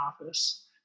office